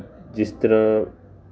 ਜਿਸ ਤਰ੍ਹਾਂ